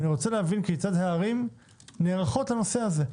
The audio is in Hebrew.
אני רוצה להבין כיצד הערים נערכות לנושא הזה.